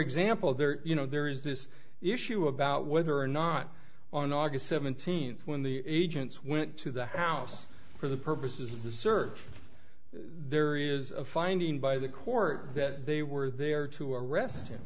example there you know there is this issue about whether or not on august seventeenth when the agents went to the house for the purposes of the search there is a finding by the court that they were there to arrest him